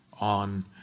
on